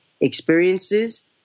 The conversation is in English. experiences